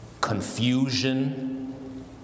confusion